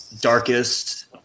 Darkest